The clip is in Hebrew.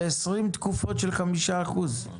זה 20 תקופות של 5 אחוזים.